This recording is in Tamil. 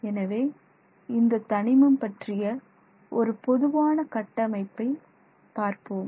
எனவே இந்த தனிமம் பற்றிய ஒரு பொதுவான கட்டமைப்பை பார்ப்போம்